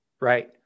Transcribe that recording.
Right